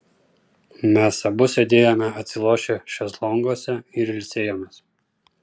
mes abu sėdėjome atsilošę šezlonguose ir ilsėjomės